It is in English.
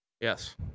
yes